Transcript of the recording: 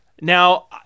Now